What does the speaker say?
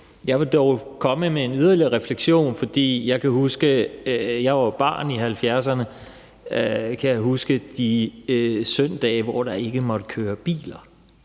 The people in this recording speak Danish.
Jeg vil dog komme med en yderligere refleksion. Jeg var jo barn i 1970'erne, og jeg kan huske de søndage, hvor der ikke måtte køre biler,